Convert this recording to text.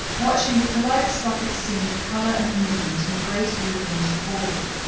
watching the kaleidoscopic scene of colour and movement in the great illuminated ballroom.